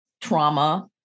trauma